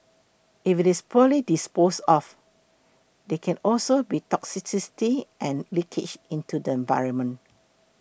if it's poorly disposed of there can also be toxicity and leakage into the environment